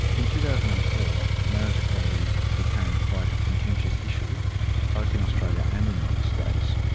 in two thousand and four marriage equality became quite a contentious issue both in australia and the united states,